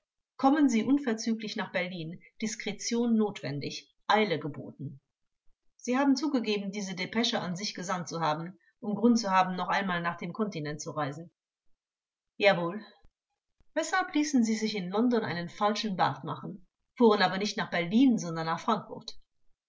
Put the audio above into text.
kommen sie unverzüglich nach berlin diskretion notwendig eile geboten sie haben zugegeben diese depesche an sich gesandt zu haben um grund zu haben noch einmal nach dem kontinent zu reisen angekl jawohl vors weshalb ließen sie sich in london einen falschen bart machen fuhren aber nicht nach berlin sondern nach frankfurt